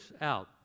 out